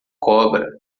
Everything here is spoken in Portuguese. cobra